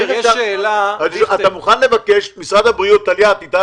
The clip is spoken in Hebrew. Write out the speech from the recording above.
טליה, את איתנו?